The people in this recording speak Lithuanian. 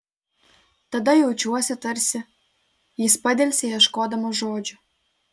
tada jaučiuosi tarsi jis padelsė ieškodamas žodžių